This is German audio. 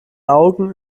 augen